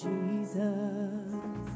Jesus